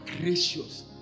gracious